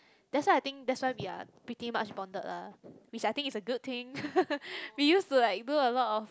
that's why I think that's why we are pretty much bonded lah which I think is a good thing we used to like do a lot of